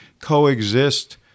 coexist